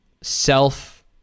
self